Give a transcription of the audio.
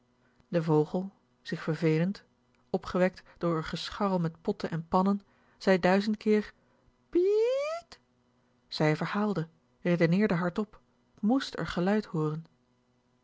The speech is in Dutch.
de vogel zich vervelend opgewekt door r gescharrel met potten en pannen zei duizend keer pie ie iet zij verhaalde redeneerde hardop mést r geluid hooren